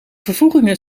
vervoegingen